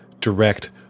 direct